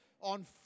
on